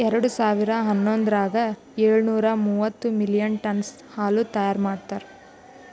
ಎರಡು ಸಾವಿರಾ ಹನ್ನೊಂದರಾಗ ಏಳು ನೂರಾ ಮೂವತ್ತು ಮಿಲಿಯನ್ ಟನ್ನ್ಸ್ ಹಾಲು ತೈಯಾರ್ ಮಾಡ್ಯಾರ್